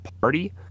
party